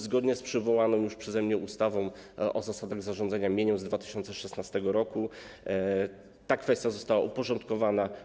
Zgodnie z przywołaną już przeze mnie ustawą o zasadach zarządzania mieniem z 2016 r. ta kwestia została uporządkowana.